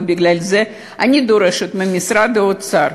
ובגלל זה אני דורשת ממשרד האוצר